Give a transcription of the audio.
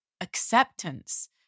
acceptance